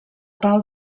pau